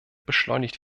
beschleunigt